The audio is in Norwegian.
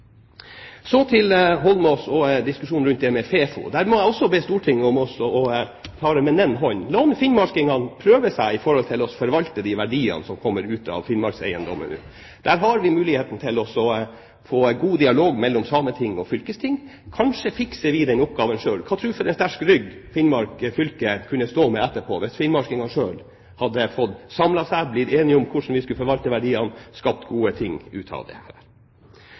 Så til Holmås og diskusjonen rundt FeFo. Der må jeg også be Stortinget om å fare med nennsom hånd. La finnmarkingene prøve seg med å forvalte de verdiene som kommer ut av Finnmarkseiendommen. Der har vi muligheten til å få en god dialog mellom Sametinget og fylkestinget. Kanskje fikser vi den oppgaven selv? Hvilken sterk rygg ville Finnmark fylke kunne stå med etterpå, hvis finnmarkingene selv hadde fått samlet seg og blitt enige om hvordan man skulle forvalte verdiene – skapt gode ting ut av det! Jeg kan dessverre ikke unngå å kommentere Fremskrittspartiet og retorikken deres. Her